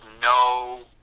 no